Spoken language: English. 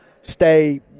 Stay